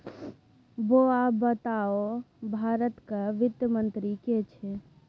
बौआ बताउ भारतक वित्त मंत्री के छै?